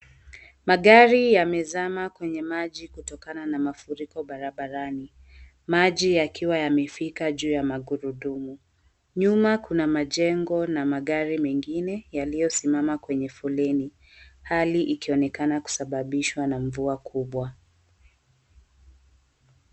Magari yamezama kwenye maji kutokana na mafuriko barabarani. Maji yakiwa yamefika juu ya magurudumu. Nyuma kuna majengo na magari mengine yaliyo simama kwenye foleni. Hali ikionekana kusababishwa na mvua kubwa.